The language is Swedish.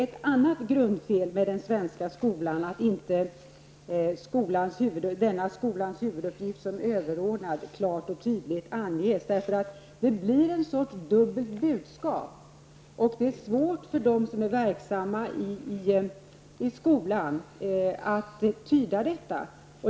Att inte denna skolans överordnade uppgift klart och tydligt anges medför att det blir en sorts dubbelt budskap. Det är svårt för dem som är verksamma i skolan att tyda detta.